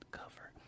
cover